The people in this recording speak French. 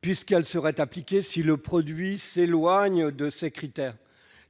puisqu'elle serait appliquée si le produit s'éloigne de ces critères.